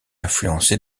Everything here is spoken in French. influencé